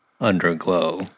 underglow